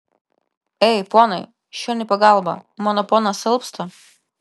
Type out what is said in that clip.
ei ponai šen į pagalbą mano ponas alpsta